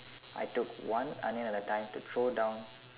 I took one onion at a time to throw down